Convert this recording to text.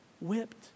whipped